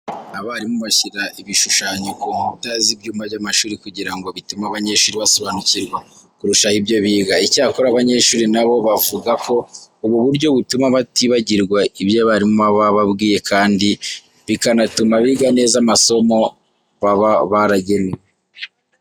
Abarimu bashyira ibishushanyo ku nkuta z'ibyumba by'amashuri kugira ngo bitume abanyeshuri basobanukirwa kurushaho ibyo biga. Icyakora abanyeshuri na bo bavuga ko ubu buryo butuma batibagirwa ibyo abarimu baba bababwiye kandi bikanatuma biga neza amasomo baba baragenewe.